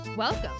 Welcome